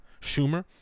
Schumer